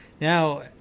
Now